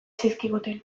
zizkiguten